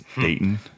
Dayton